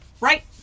right